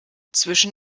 zwischen